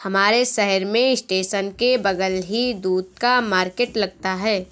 हमारे शहर में स्टेशन के बगल ही दूध का मार्केट लगता है